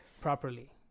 properly